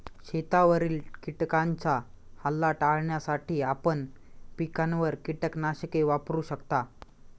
शेतावरील किटकांचा हल्ला टाळण्यासाठी आपण पिकांवर कीटकनाशके वापरू शकता